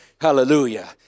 Hallelujah